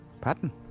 Pattern